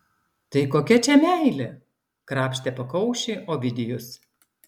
tai kokia čia meilė krapštė pakaušį ovidijus